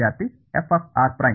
ವಿದ್ಯಾರ್ಥಿ fr